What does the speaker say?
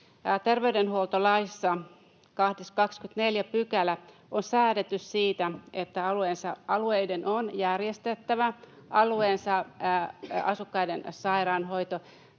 terveydenhuoltolaissa, 24 §, on säädetty siitä, että alueiden on järjestettävä alueensa asukkaiden sairaanhoito.